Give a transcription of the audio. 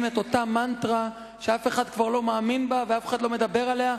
אותה מנטרה שאף אחד כבר לא מאמין בה ואף אחד לא מדבר עליה,